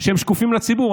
שהם שקופים לציבור,